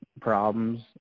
problems